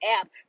app